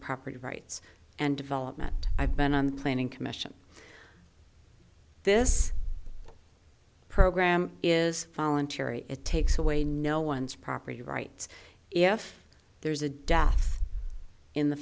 property rights and development i've been on the planning commission this program is voluntary it takes away no one's property rights if there's a death in the